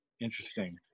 Interesting